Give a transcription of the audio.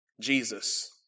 Jesus